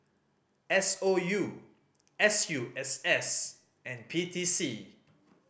S O U S U S S and P T C